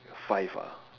five ah